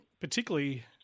particularly